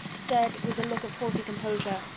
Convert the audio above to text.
said, with a look of haughty composure,